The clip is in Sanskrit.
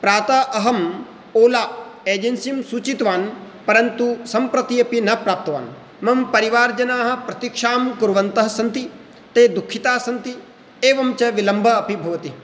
प्रातः अहम् ओला एजेन्सिं सूचितवान् परन्तु सम्प्रतिऽपि न प्राप्तवान् मम परिवारजनाः प्रतीक्षां कुर्वन्तः सन्ति ते दुःखिताः सन्ति एवञ्च विलम्बः अपि भवति